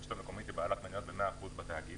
הרשות המקומית היא בעלת מניות במאה אחוז בתאגיד.